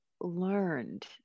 learned